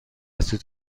سوت